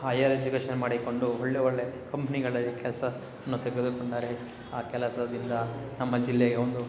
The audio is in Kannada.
ಹೈಯರ್ ಎಜುಕೇಷನ್ ಮಾಡಿಕೊಂಡು ಒಳ್ಳೆ ಒಳ್ಳೆ ಕಂಪ್ನಿಗಳಲ್ಲಿ ಕೆಲಸವನ್ನು ತೆಗೆದುಕೊಂಡರೆ ಆ ಕೆಲಸದಿಂದ ನಮ್ಮ ಜಿಲ್ಲೆಗೆ ಒಂದು